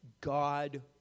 God